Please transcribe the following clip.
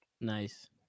Nice